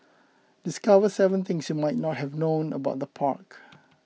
discover seven things you might not have known about the park